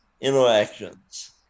interactions